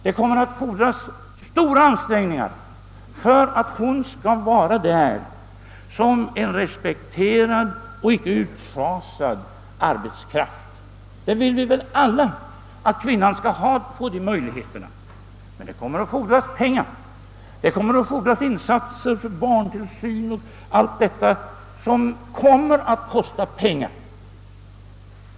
Det kommer att fordras stora ansträngningar för att hon skall vara där som en respekterad och icke utschasad arbetskraft. Vi vill väl alla att kvinnan skall få dessa möjligheter. Men det kommer att fordras pengar, det kommer att fordras insatser för barntillsyn och allt detta, vilket kommer att kosta pengar.